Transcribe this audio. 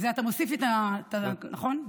אתה מוסיף לי את זה, נכון?